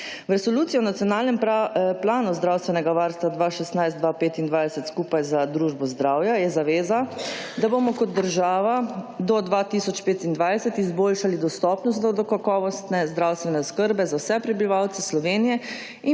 resolucijo o nacionalnem planu zdravstvenega varstva 2016-2025 skupaj z družbo Zdravje je zaveza, da bomo kot država do 2025 izboljšali dostopnost do kakovostne zdravstvene oskrbe za vse prebivalce Slovenije